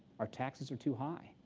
our taxes are too high.